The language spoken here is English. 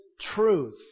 truth